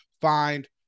find